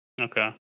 Okay